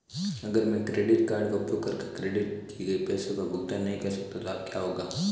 अगर मैं credit card का उपयोग करके क्रेडिट किए गए पैसे का भुगतान नहीं कर सकता तो क्या होगा?